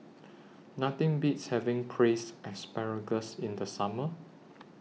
Nothing Beats having Braised Asparagus in The Summer